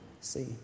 see